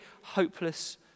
hopeless